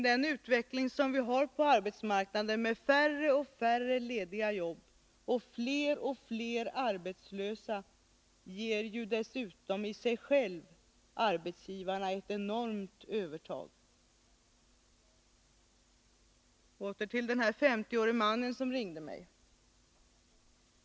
Den utveckling vi har på arbetsmarknaden med färre och färre lediga jobb och fler och fler arbetslösa ger dessutom i sig själv arbetsgivarna ett enormt övertag. Åter till den 50-årige mannen som ringde mig.